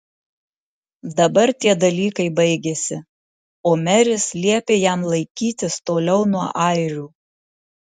dabar tie dalykai baigėsi o meris liepė jam laikytis toliau nuo airių